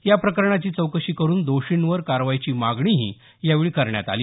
या प्रकरणाची चौकशी करून दोषींवर कारवाईची मागणीही यावेळी करण्यात आली